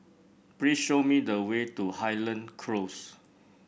please show me the way to Highland Close